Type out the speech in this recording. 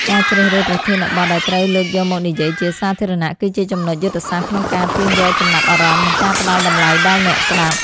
ការជ្រើសរើសប្រធានបទដែលត្រូវលើកយកមកនិយាយជាសាធារណៈ គឺជាចំណុចយុទ្ធសាស្ត្រក្នុងការទាញយកចំណាប់អារម្មណ៍ និងការផ្ដល់តម្លៃដល់អ្នកស្ដាប់។